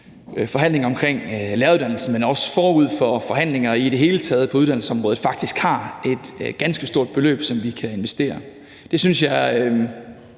forhandlinger omkring læreruddannelsen, men også forud for forhandlinger i det hele taget på uddannelsesområdet faktisk har et ganske stort beløb, som vi kan investere. Det synes jeg